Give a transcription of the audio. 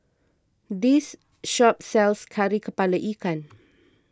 this shop sells Kari Kepala Ikan